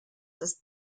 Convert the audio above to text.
ist